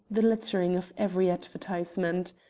the lettering of every advertisement.